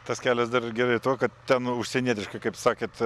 tas kelias dar gerai tuo kad ten užsienietiškai kaip sakėt